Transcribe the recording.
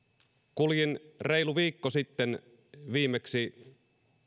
kuljin reilu viikko sitten viimeksi